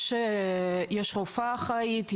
יש רופאה אחראית,